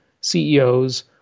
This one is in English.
CEOs